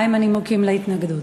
מה הם הנימוקים להתנגדות?